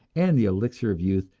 and the elixir of youth,